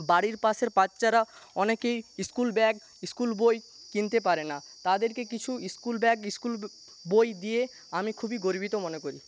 বাড়ির পাশের বাচ্চারা অনেকেই স্কুল ব্যাগ স্কুল বই কিনতে পারে না তাদেরকে কিছু স্কুল ব্যাগ স্কুল বই দিয়ে আমি খুবই গর্বিত মনে করি